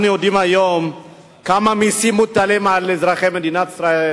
אנחנו יודעים היום כמה מסים מוטלים על אזרחי מדינת ישראל.